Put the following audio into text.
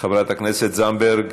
חברת הכנסת זנדברג,